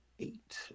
eight